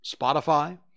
Spotify